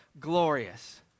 glorious